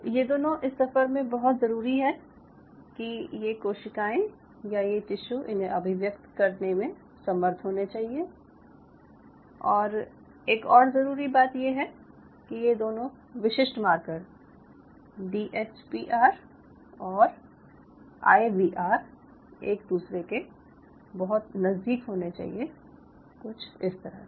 ये दोनों इस सफर में बहुत ज़रूरी है कि ये कोशिकाएं या ये टिश्यू इन्हे अभिव्यक्त करने में समर्थ होने चाहिए और एक और ज़रूरी बात ये है कि ये दोनों विशिष्ट marker D H P R और आर वाई आर एक दूसरे के बहुत नज़दीक होने चाहिए कुछ तरह से